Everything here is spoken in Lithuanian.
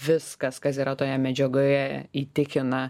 viskas kas yra toje medžiagoje įtikina